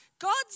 God's